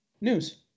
news